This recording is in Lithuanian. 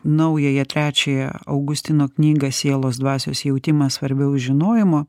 naująją trečiąją augustino knygą sielos dvasios jautimas svarbiau už žinojimą